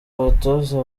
abatoza